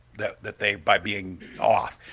that that they by being off.